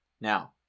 Now